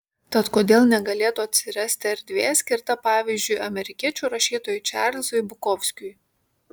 tad kodėl negalėtų atsirasti erdvė skirta pavyzdžiui amerikiečių rašytojui čarlzui bukovskiui